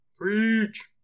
preach